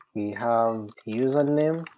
we have user name,